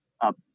up